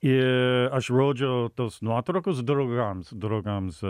i aš rodžiau tos nuotraukos draugams draugams